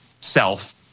self